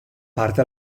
parte